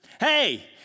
Hey